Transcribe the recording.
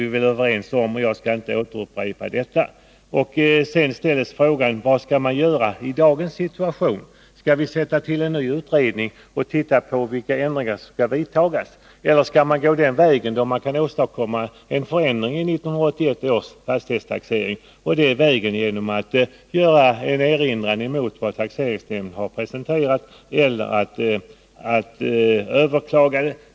Vi har i skrivningen, som redan har sagts vid tre tillfällen här i kammaren, gjort uttalanden om att värdet av träinredningar bör dämpas ned väsentligt. Det är väl något som vi alla är överens om, varför jag inte skall upprepa mig. Det har vidare uttalats att en ny utredning bör tillsättas, med uppgift att undersöka vilka ändringar som bör vidtas. Skall vi följa den linjen eller skall vi försöka åstadkomma förändringar redan i 1981 års fastighetstaxering? Det sätt på vilket det kan ske är att göra erinringar mot vad taxeringsnämnden har presenterat eller att överklaga.